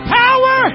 power